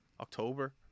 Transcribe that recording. october